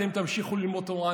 אתם תמשיכו ללמוד תורה,